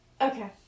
okay